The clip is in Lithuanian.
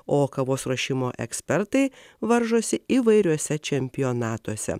o kavos ruošimo ekspertai varžosi įvairiuose čempionatuose